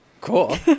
Cool